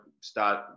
start